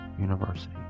University